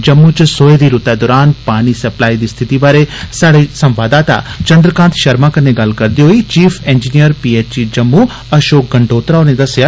जम्मू च सोए दी रूतै दरान पानी दी स्थिति बारै स्हाड़े संवाददाता चंद्रकांत शर्मा कन्ने गल्ल करदे होई chief engineer PHE Jammu Ashok Gandotra होरें दस्सेआ